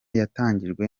yatangijwe